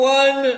one